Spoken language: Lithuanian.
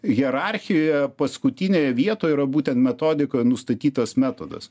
hierarchijoje paskutinėj vietoj yra būtent metodikoj nustatytas metodas